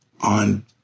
on